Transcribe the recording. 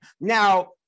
now